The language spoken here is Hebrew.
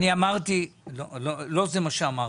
לא זה מה שאמרתי.